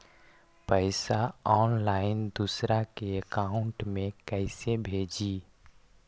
पैसा ऑनलाइन दूसरा के अकाउंट में कैसे भेजी?